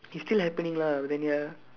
it's still happening lah but then ya